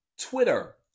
Twitter